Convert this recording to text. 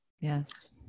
Yes